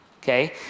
okay